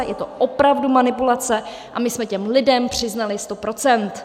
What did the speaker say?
Je to opravdu manipulace a my jsme těm lidem přiznali 100 %.